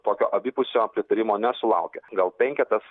tokio abipusio pritarimo nesulaukė gal penketas